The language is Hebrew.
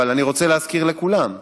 אבל אני רוצה להזכיר לכולם: